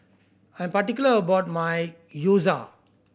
I'm particular about my Gyoza